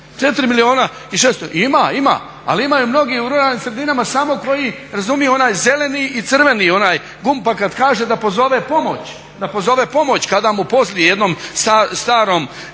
4 milijuna i 600 tisuća, ima, ima ali i mnogih u ruralnim sredinama samo koji razumiju onaj zeleni i crveni gumb, a kad kaže da pozove pomoć kada mu pozli jednom starom